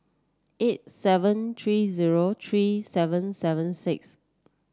eight seven three zero three seven seven six